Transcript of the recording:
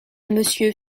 monsieur